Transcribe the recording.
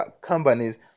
companies